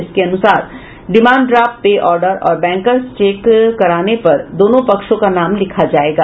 इसके अनुसार demand draft pay order और बैंकर्स चेक कराने पर दोनों पक्षों का नाम लिखा जायेगा